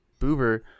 Boober